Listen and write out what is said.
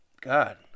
God